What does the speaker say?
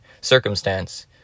circumstance